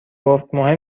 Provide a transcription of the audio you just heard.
گفتمهم